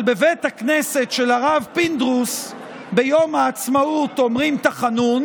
אבל בבית הכנסת של הרב פינדרוס ביום העצמאות אומרים תחנון,